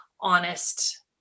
honest